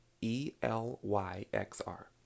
E-L-Y-X-R